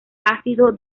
ácido